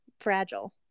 fragile